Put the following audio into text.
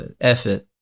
effort